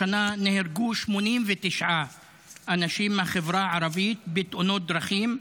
השנה נהרגו 89 אנשים בחברה הערבית בתאונות דרכים,